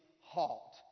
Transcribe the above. halt